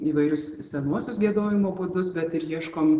įvairius senuosius giedojimo būdus bet ir ieškom